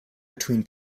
between